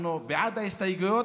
אנחנו בעד ההסתייגויות,